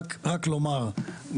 רק לומר,